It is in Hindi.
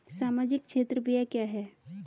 सामाजिक क्षेत्र व्यय क्या है?